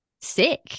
sick